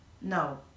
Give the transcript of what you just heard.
no